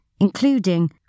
including